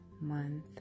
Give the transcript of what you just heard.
month